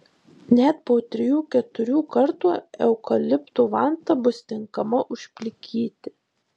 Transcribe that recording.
net po trijų keturių kartų eukalipto vanta bus tinkama užplikyti